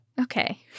okay